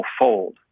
fold